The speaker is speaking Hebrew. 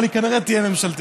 אבל היא כנראה תהיה ממשלתית,